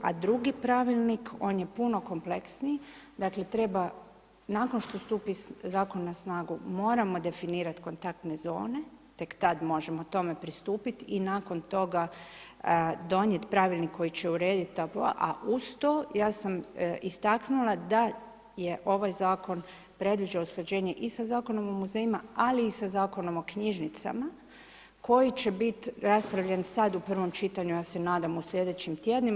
A drugi pravilnik on je puno kompleksniji, dakle treba, nakon što stupi zakon na snagu, moramo definirat kontaktne zone, tek tad možemo tome pristupit i nakon toga donijet pravilnik koji će uredit, a uz to ja sam istaknula da je ovaj zakon predviđao usklađenje i sa zakonom o muzejima, ali i sa zakonom o knjižnicama koji će biti raspravljen sad u prvom čitanju, ja se nadam, u sljedećim tjednima.